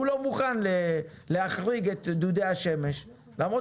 הוא לא מוכן להחריג את דודי השמש למרות